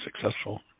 successful